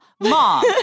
mom